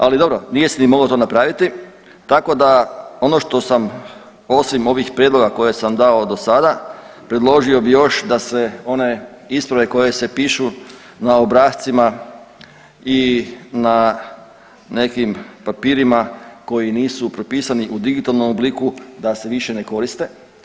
Ali dobro, nije se ni moglo to napraviti, tako da ono što sam osim ovih prijedloga koje sam dao do sada predložio bih još da se one isprave koje se pišu na obrascima i na nekim papirima koji nisu propisani u digitalnom obliku da se više ne koriste.